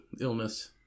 illness